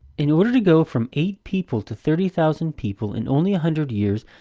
in order to go from eight people to thirty thousand people in only a hundred years,